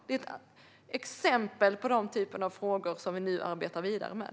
Det är exempel på den typ av frågor som vi nu arbetar vidare med.